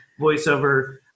voiceover